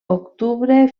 octubre